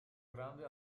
grande